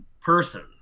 person